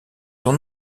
son